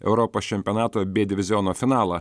europos čempionato b diviziono finalą